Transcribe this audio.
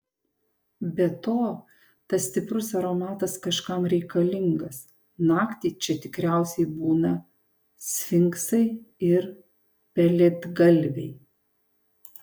be to tas stiprus aromatas kažkam reikalingas naktį čia tikriausiai būna sfinksai ir pelėdgalviai